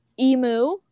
Emu